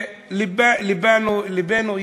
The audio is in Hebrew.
לבנו אתם,